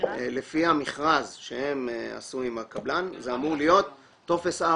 לפי המכרז שהם עשו עם הקבלן זה אמור להיות טופס 4,